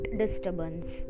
disturbance